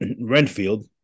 Renfield